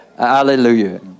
Hallelujah